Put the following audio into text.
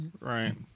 right